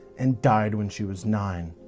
and died when she was nine.